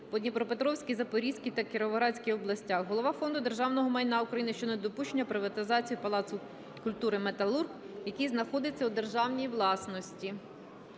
по Дніпропетровській, Запорізькій та Кіровоградській областях, голови Фонду державного майна України щодо недопущення приватизації Палацу культури "Металург", який знаходиться у державній власності.